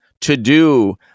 to-do